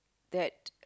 that